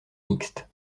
mixtes